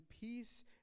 peace